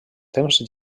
temps